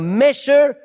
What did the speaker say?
measure